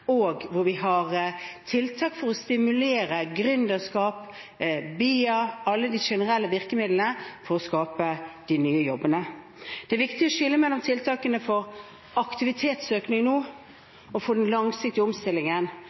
og hvor vi har tiltak for å stimulere gründerskap, BIA – alle de generelle virkemidlene – for å skape de nye jobbene. Det er viktig å skille mellom tiltakene for aktivitetsøkning nå og for den langsiktige omstillingen.